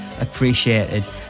appreciated